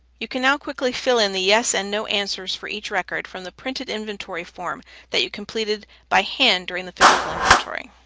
you can now quickly fill in the yes and no answers for each record from the printed inventory form that you completed by hand during the physical inventory.